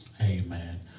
Amen